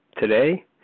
today